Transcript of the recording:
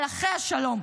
מלאכי השלום.